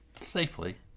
safely